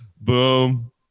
boom